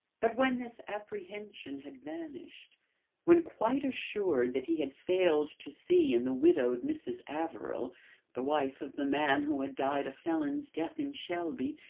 but when this apprehension had vanished when quite assured that he had failed to see in the widowed mrs. averill the wife of the man who had died a felon's death in shelby,